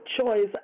choice